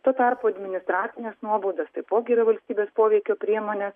tuo tarpu administracines nuobaudas taipogi yra valstybės poveikio priemones